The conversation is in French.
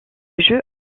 jeu